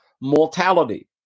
mortality